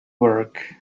work